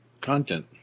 content